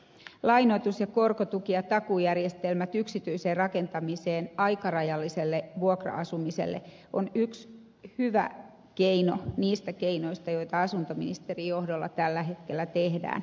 lainoitus korkotuki ja takuujärjestelmät yksityiseen rakentamiseen aikarajalliselle vuokra asumiselle ovat yksi hyvä niistä keinoista joita asuntoministerin johdolla tällä hetkellä valmistellaan